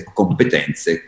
competenze